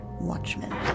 watchmen